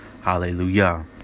hallelujah